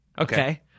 Okay